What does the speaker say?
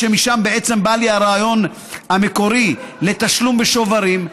שמשם בעצם בא לי הרעיון המקורי לתשלום בשוברים,